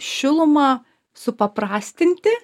šilumą supaprastinti